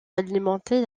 alimenter